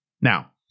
Now